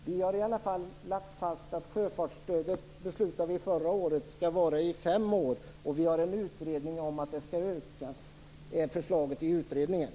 Vi har alla fall lagt fast att sjöfartsstödet skall gälla i fem år, enligt vad vi beslutade förra året, och vi har tillsatt en utredning som föreslår att det skall ökas.